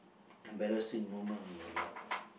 embarrassing moment in your life